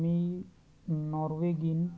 मी Norwegian